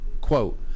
Quote